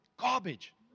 garbage